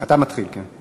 בוקר טוב, השרה,